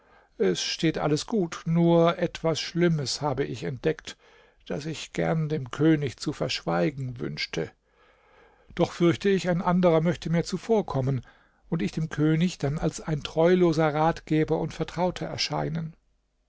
es steht alles gut nur etwas schlimmes habe ich entdeckt das ich gern dem könig zu verschweigen wünschte doch fürchte ich ein anderer möchte mir zuvorkommen und ich dem könig dann als ein treuloser ratgeber und vertrauter erscheinen